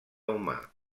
humà